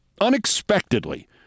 Unexpectedly